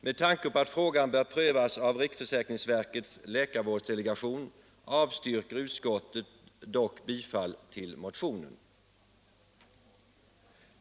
Med tanke på att frågan bör prövas av riksförsäkringsverkets läkarvårdsdelegation avstyrker utskottet bifall till motionen.